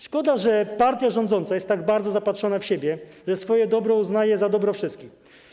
Szkoda, że partia rządząca jest tak bardzo zapatrzona w siebie, że swoje dobro uznaje za dobro wszystkich.